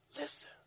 Listen